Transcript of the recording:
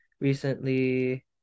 recently